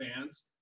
fans